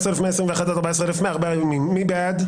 13,981 עד 14,000, מי בעד?